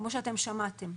כמו שאתם שמעתם.